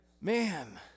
Man